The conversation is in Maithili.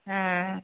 हँ